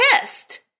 pissed